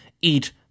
eat